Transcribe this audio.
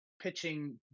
pitching